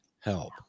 help